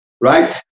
right